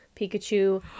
pikachu